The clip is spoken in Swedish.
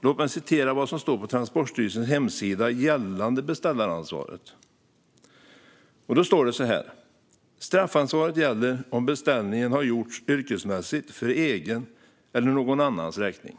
Låt mig citera vad som står på Transportstyrelsens hemsida gällande beställaransvaret: "Straffansvaret gäller om beställningen har gjorts yrkesmässigt för egen eller någon annans räkning."